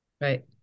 Right